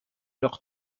leur